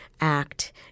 act